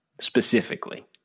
specifically